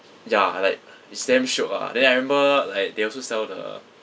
ya like it's damn shiok ah then I remember like they also sell the